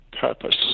purpose